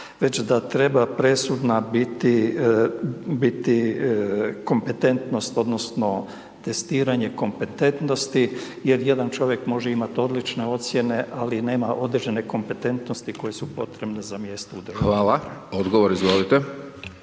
već da treba presudna biti kompetentnost odnosno testiranje kompetentnosti jer jedan čovjek može imat odlične ocjene ali nema određene kompetentnosti koje su potrebne za mjesto u državnoj upravi.